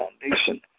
foundation